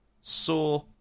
Saw